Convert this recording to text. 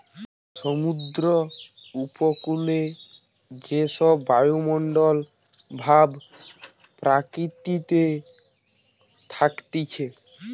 সমুদ্র উপকূলে যে সব বায়ুমণ্ডল ভাব প্রকৃতিতে থাকতিছে